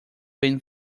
been